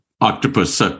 octopus